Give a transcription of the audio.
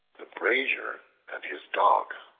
the brazier and his dog